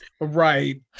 Right